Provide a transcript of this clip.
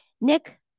Nick